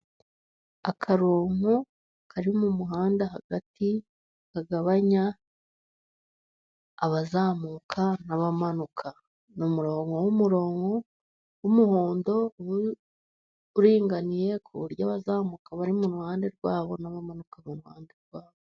Akarongo kari mu muhanda hagati, kagabanya abazamuka n'abamanuka. Ni umurongo w'umuhondo uringaniye ku buryo abazamuka bari mu ruhande rwabo, n'abamanuka mu ruhande rwabo.